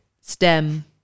stem